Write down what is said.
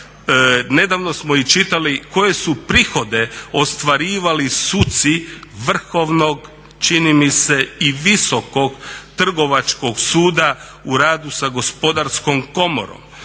nedavno smo i čitali koje su prihode ostvarivali suci Vrhovnog čini mi se i Visokog trgovačkog suda u radu sa Gospodarskom komorom.